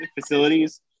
facilities